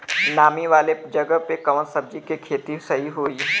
नामी वाले जगह पे कवन सब्जी के खेती सही होई?